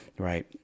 Right